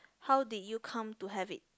how did you come to have it